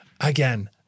again